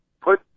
put